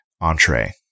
entree